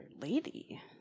lady